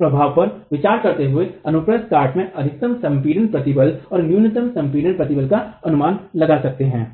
प्रभाव पर विचार करते हुए अनुप्रस्थ काट में अधिकतम संपीडन प्रतिबल और न्यूनतम संपीडन प्रतिबल का अनुमान लगा सकते हैं